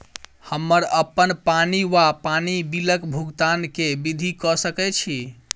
हम्मर अप्पन पानि वा पानि बिलक भुगतान केँ विधि कऽ सकय छी?